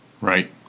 Right